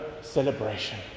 celebration